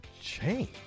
change